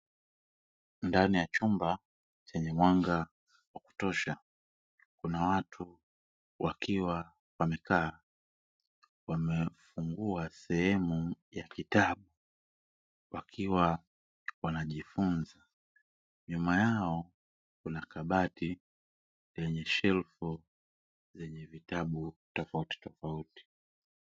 Ndani ya chumba chenye mwanga wa kutosha kuna watu wakiwa wamekaa wamefungua sehemu ya kitabu wakiwa wanajifunza nyuma yao kuna kabati lenye shelfu yenye vitabu tofautitofauti.